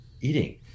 eating